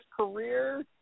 career